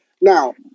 Now